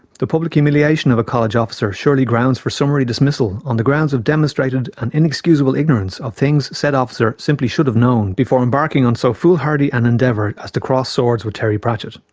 the public humiliation of a college officer surely grounds for summary dismissal on the grounds of demonstrated and inexcusable ignorance of things said officer simply should have known before embarking on so foolhardy an endeavour as to cross swords with terry pratchett.